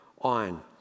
on